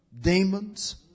demons